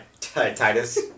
Titus